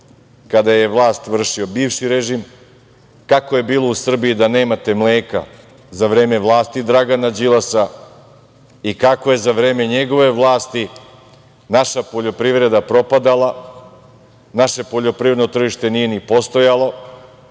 kada je vlast vršio bivši režim, kako je bilo u Srbiji da nemate mleka za vreme vlasti Dragana Đilasa i kako je za vreme njegove vlasti naša poljoprivreda propadala, naše poljoprivredno tržište nije ni postojalo,